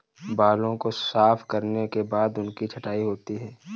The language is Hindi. बालों को साफ करने के बाद उनकी छँटाई होती है